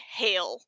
hail